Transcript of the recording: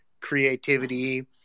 creativity